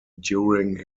during